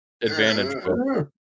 Advantage